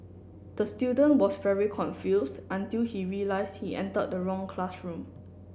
the student was very confused until he realised he entered the wrong classroom